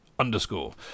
Underscore